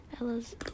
Ella's